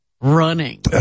running